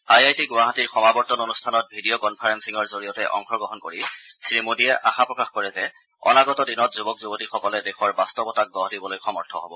I I T গুৱাহাটীৰ সমাৱৰ্তন অনুষ্ঠানত ভিডিঅ কনফাৰেলিঙৰ জৰিয়তে অংশগ্ৰহণ কৰি শ্ৰীমোদীয়ে আশা প্ৰকাশ কৰে যে অনাগত দিনত যুৱক যুৱতীসকলে দেশৰ বাস্তৱতাক গঢ় দিবলৈ সমৰ্থ হ'ব